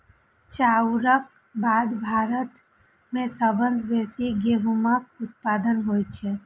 चाउरक बाद भारत मे सबसं बेसी गहूमक उत्पादन होइ छै